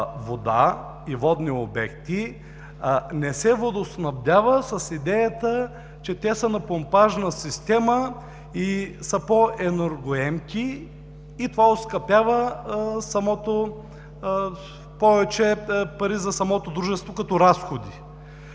вода и водни обекти, не се водоснабдява с идеята, че те са на помпажна система, по-енергоемки са и това оскъпява – повече пари за самото дружество като разходи.